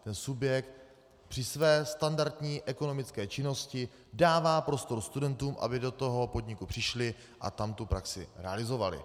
Ten subjekt při své standardní ekonomické činnosti dává prostor studentům, aby do toho podniku přišli a tam tu praxi realizovali.